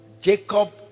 Jacob